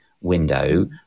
window